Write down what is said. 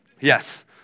Yes